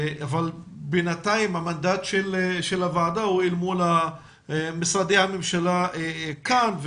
אבל בינתיים המנדט של הוועדה הוא אל מול משרדי הממשלה כאן,